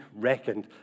reckoned